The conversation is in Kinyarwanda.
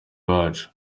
wacu